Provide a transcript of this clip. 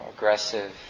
aggressive